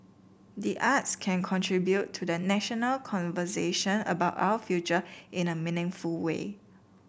the arts can contribute to the national conversation about our future in a meaningful way